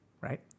Right